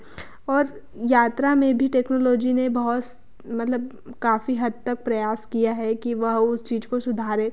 और यात्रा में भी टेक्नोलॉजी ने बहुत मतलब काफ़ी हद तक प्रयास किया है कि वह उस चीज़ को सुधारें